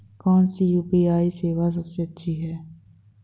कौन सी यू.पी.आई सेवा सबसे अच्छी है?